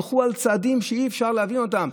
הם הלכו על צעדים שאי-אפשר להבין אותם.